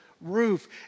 roof